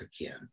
again